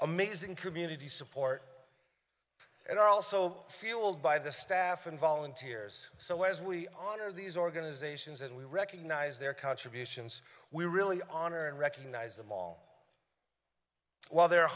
amazing community support and are also fueled by the staff and volunteers so as we honor these organizations and we recognize their contributions we really honor and recognize them long well there are